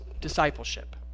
discipleship